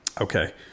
Okay